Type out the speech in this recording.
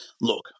look